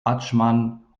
adschman